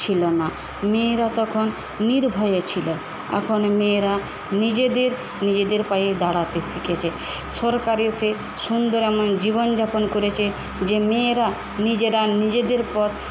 ছিল না মেয়েরা তখন নির্ভয়ে ছিল এখন মেয়েরা নিজেদের নিজেদের পায়ে দাঁড়াতে শিখেছে সরকারে এসে সুন্দর জীবনযাপন করেছে যে মেয়েরা নিজেরা নিজেদের পথ